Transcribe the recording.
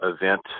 event